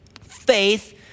faith